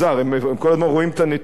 הם כל הזמן רואים את הנתונים,